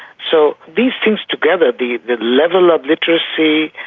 so these things together, the the level of literacy,